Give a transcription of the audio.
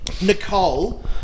Nicole